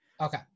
Okay